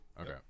Okay